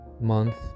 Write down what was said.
month